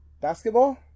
Basketball